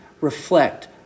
reflect